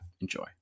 enjoy